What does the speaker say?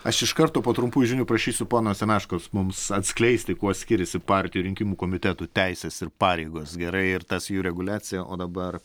aš iš karto po trumpų žinių prašysiu pono semeškos mums atskleisti kuo skiriasi partijų rinkimų komitetų teisės ir pareigos gerai ir tas jų reguliacija o dabar